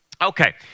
okay